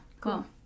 Cool